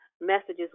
messages